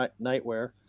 Nightwear